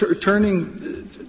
Turning